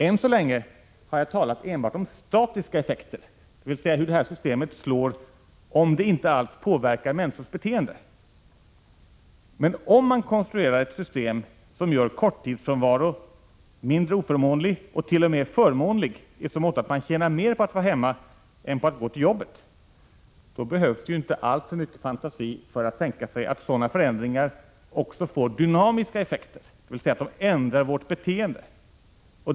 Än så länge har jag talat enbart om statiska effekter, dvs. hur det här systemet slår om det inte alls påverkar människors beteende. Men om man konstruerar ett system som gör korttidsfrånvaro mindre oförmånlig, eller t.o.m. förmånlig i så måtto att man tjänar mer på att vara hemma än på att gå till jobbet, då behövs det inte alltför mycket fantasi för att tänka sig att sådana förändringar också får dynamiska effekter, dvs. att de ändrar vårt beteende.